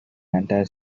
entire